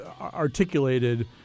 articulated